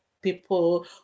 People